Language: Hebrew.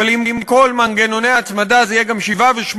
אבל עם כל מנגנוני ההצמדה זה יהיה גם 7 ו-8,